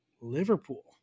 Liverpool